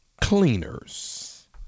Cleaners